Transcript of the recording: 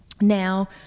Now